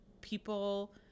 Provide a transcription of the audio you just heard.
people